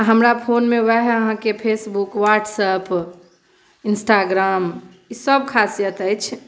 हमरा फोनमे उएह अहाँके फेसबुक ह्वाटसएप इंस्टाग्राम ईसभ खासियत अछि